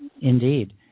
Indeed